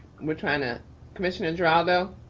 we're trying to commissioner geraldo.